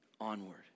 onward